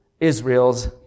Israel's